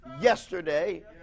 yesterday